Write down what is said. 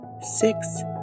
six